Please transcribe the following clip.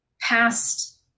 past